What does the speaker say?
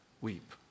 weep